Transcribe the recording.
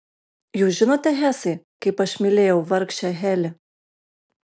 jūs žinote hesai kaip aš mylėjau vargšę heli